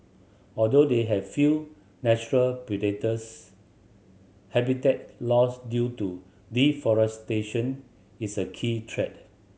although they have few natural predators habitat loss due to deforestation is a key threat